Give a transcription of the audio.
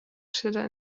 schiller